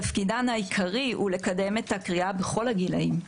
תפקידן העיקרי הוא לקדם את הקריאה בכל הגילאים.